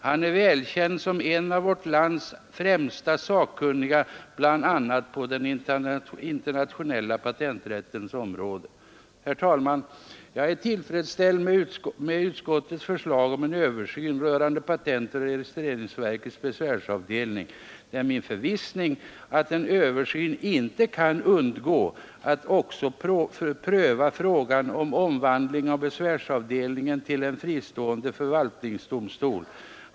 Han är välkänd som en av vårt lands främsta sakkunniga bl.a. på den internationella patenträttens område. Herr talman! Jag är tillfredställd med utskottets förslag om en översyn rörande patentoch registreringsverkets besvärsavdelning. Det är min förvissning att en översyn inte kan undgå att också pröva frågan om omvandling av besvärsavdelningen till en fristående förvaltningsdomstol.